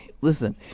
Listen